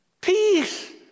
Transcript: Peace